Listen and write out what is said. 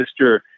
Mr